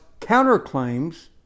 counterclaims